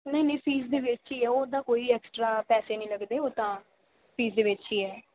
ਨਹੀਂ ਨਹੀਂ ਫੀਸ ਦੇ ਵਿੱਚ ਹੀ ਆ ਉਹਦਾ ਕੋਈ ਐਕਸਟਰਾ ਪੈਸੇ ਨਹੀਂ ਲੱਗਦੇ ਉਹ ਤਾਂ ਫੀਸ ਦੇ ਵਿੱਚ ਹੀ ਹੈ